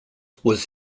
was